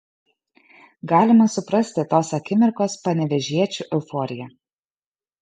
galima suprasti tos akimirkos panevėžiečių euforiją